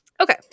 Okay